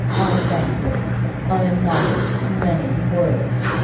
i thank you i am not of many words,